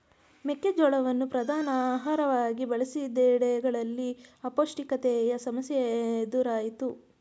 ಮೆಕ್ಕೆ ಜೋಳವನ್ನು ಪ್ರಧಾನ ಆಹಾರವಾಗಿ ಬಳಸಿದೆಡೆಗಳಲ್ಲಿ ಅಪೌಷ್ಟಿಕತೆಯ ಸಮಸ್ಯೆ ಎದುರಾಯ್ತು